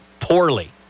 poorly